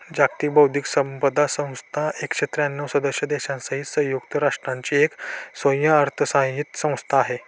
जागतिक बौद्धिक संपदा संस्था एकशे त्र्यांणव सदस्य देशांसहित संयुक्त राष्ट्रांची एक स्वयंअर्थसहाय्यित संस्था आहे